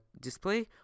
display